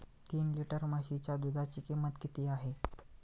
तीन लिटर म्हशीच्या दुधाची किंमत किती आहे?